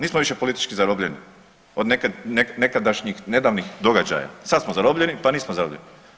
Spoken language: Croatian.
Nismo više politički zarobljeni od nekadašnjih nedavnih događaja, sad smo zarobljeni pa nismo zarobljeni.